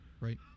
Right